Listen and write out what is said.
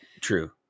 True